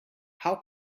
how